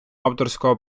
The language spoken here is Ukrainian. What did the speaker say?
авторського